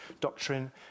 doctrine